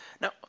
Now